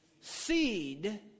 seed